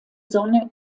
sonne